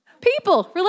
people